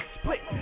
split